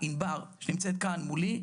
ענבר נמצאת כאן מולי,